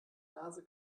nase